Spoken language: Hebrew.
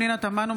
פנינה תמנו,